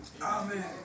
Amen